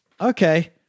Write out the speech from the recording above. Okay